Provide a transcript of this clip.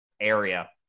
area